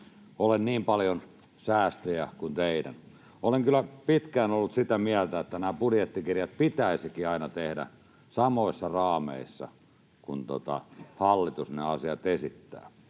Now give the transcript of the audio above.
ole niin paljon säästöjä kuin teillä. Olen kyllä pitkään ollut sitä mieltä, että budjettikirjat pitäisikin aina tehdä samoissa raameissa kuin hallitus nämä asiat esittää,